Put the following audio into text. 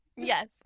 yes